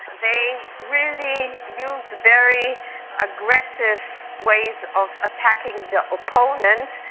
they really use very aggressive ways of attacking their opponent.